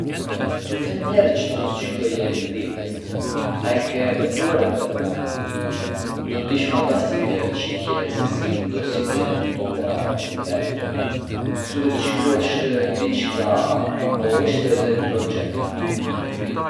Më the njëherë që doje të shkruaje një libër... a e ke menduar ende? Do të ishte fantastike të shihje sesi i vendos idetë e tua në letër. Zure të shkruash diçka apo është ende një projekt?